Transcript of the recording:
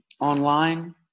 online